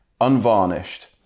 unvarnished